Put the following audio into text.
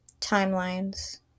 timelines